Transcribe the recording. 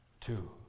two